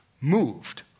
moved